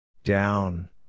Down